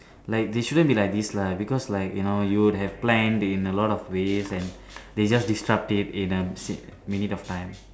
like they shouldn't be like this lah because like you know you would have planned in a lot of ways and they just disrupt it in a si~ minute of time